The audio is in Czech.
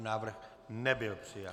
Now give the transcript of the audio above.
Návrh nebyl přijat.